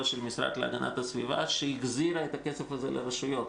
מהמשרד להגנת הסביבה שהחזירה את הכסף הזה לרשויות.